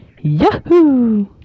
Yahoo